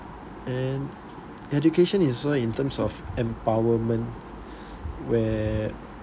and education is so in terms of empowerment where